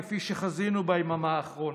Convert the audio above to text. כפי שחזינו ביממה האחרונה.